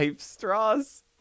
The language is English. straws